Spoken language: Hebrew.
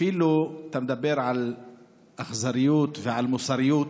אתה מדבר על אכזריות ועל מוסריות,